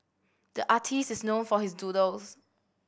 the artist is known for his doodles